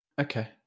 Okay